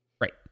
Right